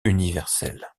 universelle